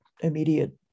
immediate